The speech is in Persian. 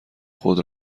خود